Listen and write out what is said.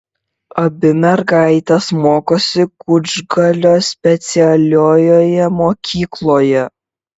abi mergaitės mokosi kučgalio specialiojoje mokykloje